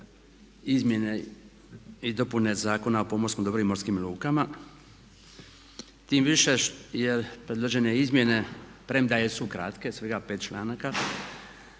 izmjene i dopune Zakona o pomorskom dobru i morskim lukama. Tim više jer predložene izmjene premda jesu kratke, svega 5 članaka